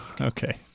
okay